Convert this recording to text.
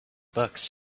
books